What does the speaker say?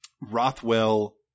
Rothwell